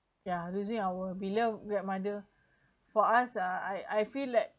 ya losing our beloved great mother for us uh I I feel like